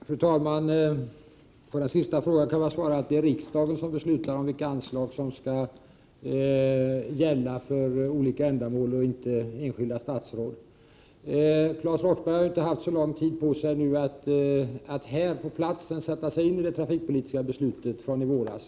Fru talman! Jag kan på den sista frågan svara att det är riksdagen som beslutar om vilka anslag som skall gälla för olika ändamål, inte enskilda statsråd. Claes Roxbergh har ju nu inte haft så lång tid på sig att här på platsen sätta sig in i det trafikpolitiska beslut som fattades i våras.